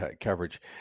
coverage